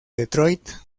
detroit